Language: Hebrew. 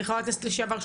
חברת הכנסת לשעבר,